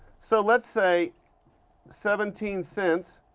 so let's say seventeen cents